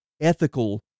ethical